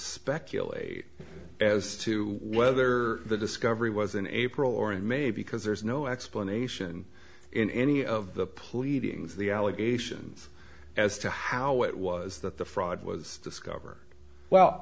speculate as to whether the discovery was in april or in may because there's no explanation in any of the pleadings the allegations as to how it was that the fraud was discovered well